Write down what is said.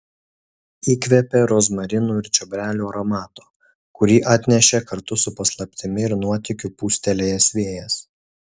įkvėpė rozmarinų ir čiobrelių aromato kurį atnešė kartu su paslaptimi ir nuotykiu pūstelėjęs vėjas